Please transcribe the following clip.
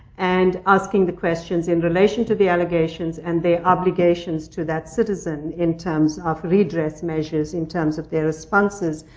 and asking the questions in relation to the allegations, and their obligations to that citizen, in terms of redress measures, in terms of their responses,